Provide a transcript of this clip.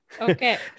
okay